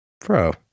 bro